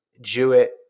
Jewett